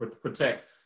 protect